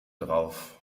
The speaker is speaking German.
drauf